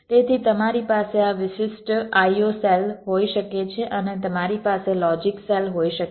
તેથી તમારી પાસે આ વિશિષ્ટ IO સેલ હોઈ શકે છે અને તમારી પાસે લોજિક સેલ હોઈ શકે છે